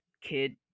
Kid